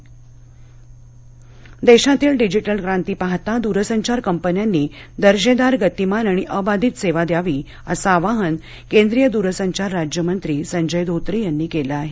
telecom Dhotre देशातील digital क्रांती पाहता दूरसंचार कंपन्यांनी दर्जेदार गतीमान आणि अबाधित सेवा द्यावी असं आवाहन केंद्रीय दूरसंचार राज्यमंत्री संजय धोत्रे यांनी केलं आहे